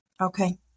Okay